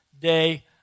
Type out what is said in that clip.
day